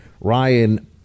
Ryan